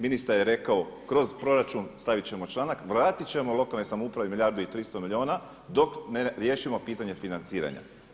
Ministar je rekao kroz proračun stavit ćemo članak, vratit ćemo lokalnoj samoupravi milijardu i 300 milijuna dok ne riješimo pitanje financiranja.